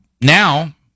now